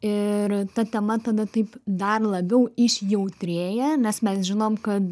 ir ta tema tada taip dar labiau išjautrėja nes mes žinom kad